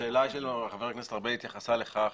השאלה של חבר הכנסת ארבל התייחסה לכך